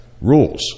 rules